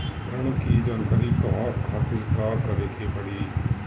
ऋण की जानकारी के कहवा खातिर का करे के पड़ी?